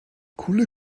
coole